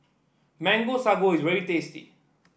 Mango Sago is very tasty